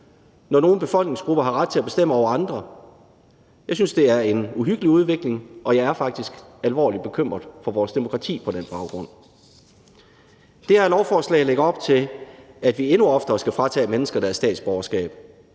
når nogle befolkningsgrupper har ret til at bestemme over andre? Jeg synes, det er en uhyggelig udvikling, og jeg er faktisk alvorligt bekymret for vores demokrati på den baggrund. Det her lovforslag lægger op til, at vi endnu oftere skal fratage mennesker deres statsborgerskab.